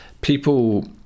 people